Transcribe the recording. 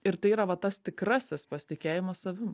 ir tai yra va tas tikrasis pasitikėjimas savim